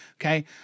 okay